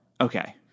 Okay